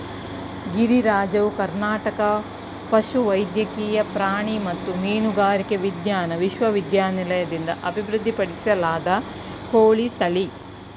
ಗಿರಿರಾಜವು ಕರ್ನಾಟಕ ಪಶುವೈದ್ಯಕೀಯ ಪ್ರಾಣಿ ಮತ್ತು ಮೀನುಗಾರಿಕೆ ವಿಜ್ಞಾನ ವಿಶ್ವವಿದ್ಯಾಲಯದಿಂದ ಅಭಿವೃದ್ಧಿಪಡಿಸಲಾದ ಕೋಳಿ ತಳಿ